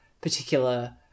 particular